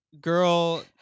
girl